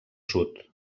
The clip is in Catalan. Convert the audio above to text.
sud